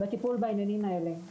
בטיפול בעניינים האלה.